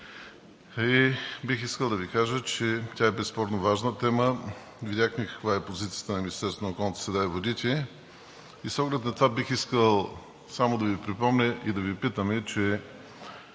Бих искал да Ви кажа, че тя безспорно е важна тема, видяхме каква е и позицията на Министерството на околната среда и водите и с оглед на това бих искал само да Ви припомня и да Ви питаме. С